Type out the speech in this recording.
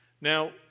Now